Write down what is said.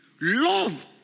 Love